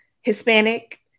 Hispanic